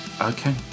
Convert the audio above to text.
Okay